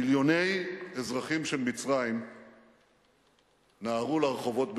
מיליוני אזרחים של מצרים נהרו לרחובות בקהיר.